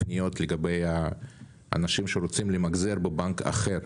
פניות לגבי האנשים שרוצים למחזר בבנק אחר.